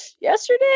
yesterday